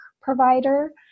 provider